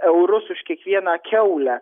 eurus už kiekvieną kiaulę